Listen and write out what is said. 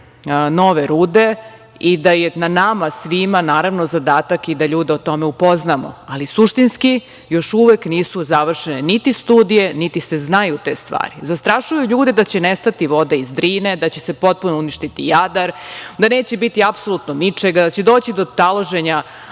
nove rude i da je na nama svima zadatak da ljude o tome upoznamo, ali suštinski još uvek nisu završene niti studije, niti se znaju te stvari. Zastrašuju ljude da će nestati vode iz Drine, da će se potpuno uništiti Jadar, da neće biti apsolutno ničega, da će doći do taloženja,